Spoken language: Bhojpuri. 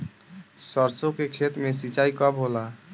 सरसों के खेत मे सिंचाई कब होला?